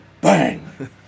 bang